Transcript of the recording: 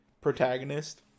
protagonist